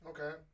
Okay